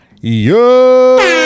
Yo